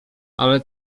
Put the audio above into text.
ale